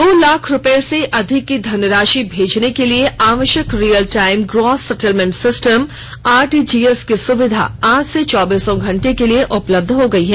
दो लाख रूपये से अधिक की धनराशि भेजने के लिए आवश्यक real time gross settlement system RTGS की सुविधा आज से चौबीसों घंटे के लिए उपलब्ध हो गई है